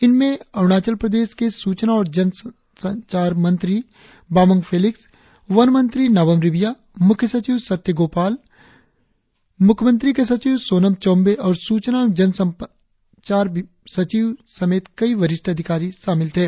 इनमें अरुणाचल प्रदेश के सूचना और जनसंचार मंत्री बामंग फेलिक्स वन मंत्री नाबम रिबिया मुख्य सचिव सत्य गोपाल मुख्यमंत्री के सचिव सोनम चोंबे और सूचना एवं जनसंचार सचिव समेत कई अन्य वरिष्ठ अधिकारी शामिल थे